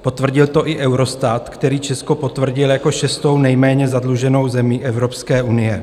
Potvrdil to i Eurostat, který Česko potvrdil jako šestou nejméně zadluženou zemi Evropské unie.